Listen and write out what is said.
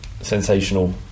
sensational